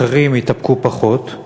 אחרים התאפקו פחות.